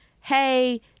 hey